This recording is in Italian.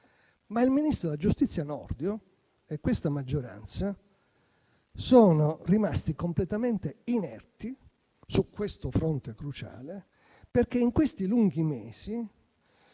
Ma il ministro della giustizia Nordio e questa maggioranza sono rimasti completamente inerti su questo fronte cruciale, perché in questi lunghi mesi